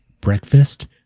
breakfast